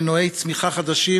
מנועי צמיחה חדשים,